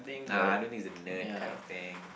nah I don't think it's a nerd kind of thing